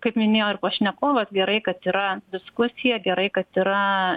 kaip minėjo ir pašnekovas gerai kad yra diskusija gerai kad yra